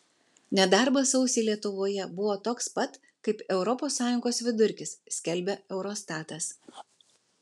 nedarbas sausį lietuvoje buvo toks pat kaip europos sąjungos vidurkis skelbia eurostatas